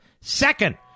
Second